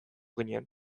ginen